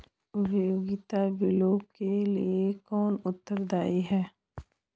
उपयोगिता बिलों के लिए कौन उत्तरदायी है?